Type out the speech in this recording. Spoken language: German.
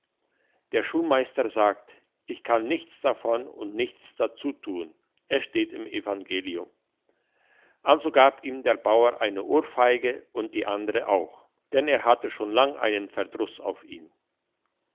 der herr schulmeister sagt ich kann nichts davon und nichts dazu tun es steht im evangelium also gab ihm der bauer eine ohrfeige und die andere auch denn er hatte schon lang einen verdruss auf ihn